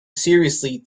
seriously